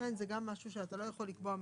ולכן זה גם משהו שאתה לא יכול לקבוע מראש,